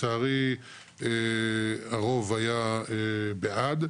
לצערי הרוב היה בעד.